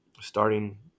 Starting